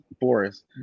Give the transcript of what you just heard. Boris